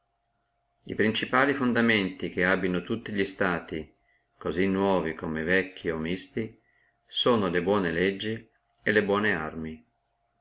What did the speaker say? e principali fondamenti che abbino tutti li stati cosí nuovi come vecchi o misti sono le buone legge e le buone arme